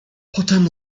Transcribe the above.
potem